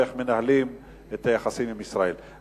ואיך שהם מנהלים את היחסים עם ישראל.